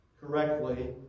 correctly